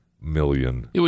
million